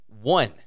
one